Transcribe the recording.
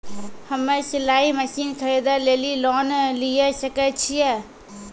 हम्मे सिलाई मसीन खरीदे लेली लोन लिये सकय छियै?